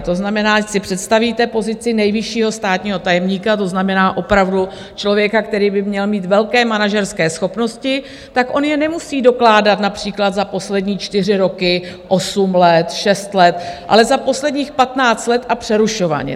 To znamená, když si představíte pozici nejvyššího státního tajemníka, to znamená opravdu člověka, který by měl mít velké manažerské schopnosti, tak on je nemusí dokládat, například za poslední 4 roky, 8 let, 6 let, ale za posledních 15 let a přerušovaně.